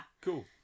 cool